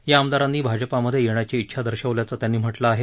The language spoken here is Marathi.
या आमदारांनी भाजपमध्ये येण्याची इच्छा दर्शवल्याचं त्यांनी म्हटलं आहे